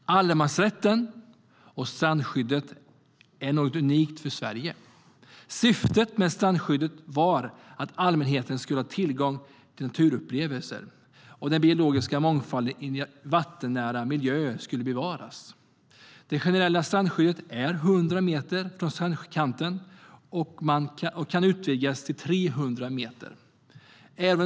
Allemansrätten och strandskyddet är något unikt för Sverige. Syftet med strandskyddet var att allmänheten skulle ha tillgång till naturupplevelser och att den biologiska mångfalden i vattennära miljöer skulle bevaras. Det generella strandskyddet börjar 100 meter från strandkanten och kan utvidgas till 300 meter.